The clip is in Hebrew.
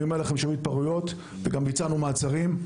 אני אומר לכם שהיו התפרעויות וגם ביצענו מעצרים.